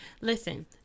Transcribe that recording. Listen